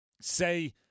Say